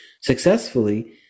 successfully